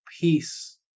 peace